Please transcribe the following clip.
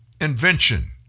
invention